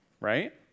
Right